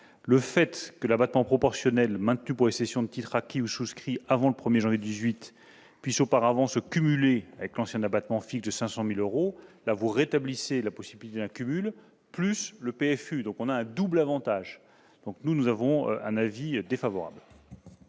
prévoyez que l'abattement proportionnel maintenu pour les cessions de titres acquis ou souscrits avant le 1 janvier 2018 puisse auparavant se cumuler avec l'ancien abattement fixe de 500 000 euros. Vous rétablissez la possibilité d'un cumul, plus le PFU, ce qui constituerait un double avantage. Pour cette raison, le